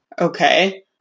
Okay